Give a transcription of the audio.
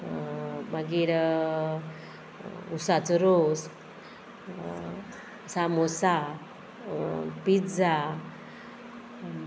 मागीर उसाचो रोस सामोसा पिझ्झा